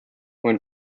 when